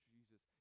Jesus